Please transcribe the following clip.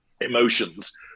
emotions